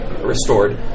restored